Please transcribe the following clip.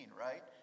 right